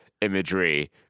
imagery